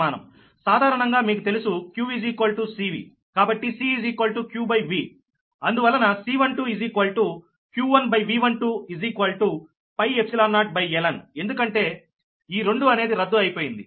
సాధారణంగా మీకు తెలుసు q C Vకాబట్టి CqVఅందువలన C12 q1V120lnఎందుకంటే ఈ రెండు అనేది రద్దు అయిపోతుంది